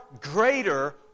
greater